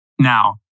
Now